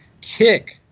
kick